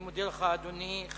אני מודה לך, אדוני.